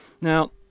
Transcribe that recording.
Now